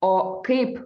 o kaip